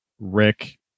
Rick